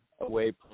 away